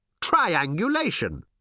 Triangulation